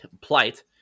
plight